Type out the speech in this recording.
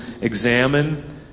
examine